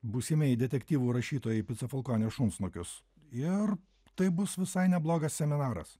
būsimieji detektyvų rašytojai picofalkonės šunsnukius ir tai bus visai neblogas seminaras